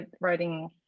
writing